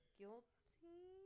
guilty